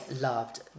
loved